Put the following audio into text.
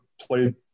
played